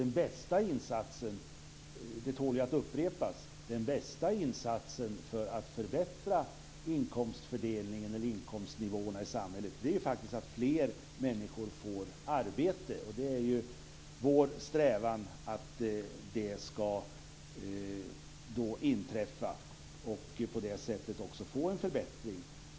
Den bästa insatsen - det tål att upprepas - för att förbättra inkomstfördelningen eller inkomstnivåerna i samhället är faktiskt att fler människor får arbete. Det är ju vår strävan att det skall ske så att det blir en förbättring.